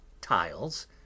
tiles